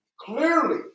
clearly